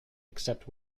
except